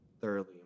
thoroughly